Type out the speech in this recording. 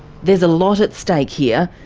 there's a lot at stake here.